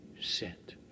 sent